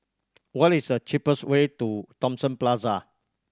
what is the cheapest way to Thomson Plaza